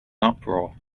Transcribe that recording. uproar